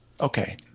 Okay